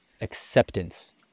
acceptance